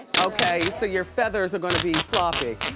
okay, so your feathers are gonna be floppy.